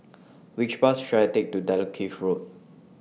Which Bus should I Take to Dalkeith Road